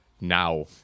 now